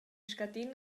scadin